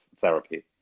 therapy